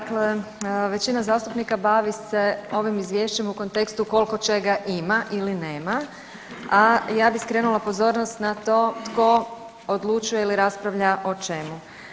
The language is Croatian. Dakle, većina zastupnika bavi se ovim izvješćem u kontekstu koliko čega ima ili nema, a ja bi skrenula pozornost na to tko odlučuje i raspravlja o čemu.